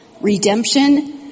redemption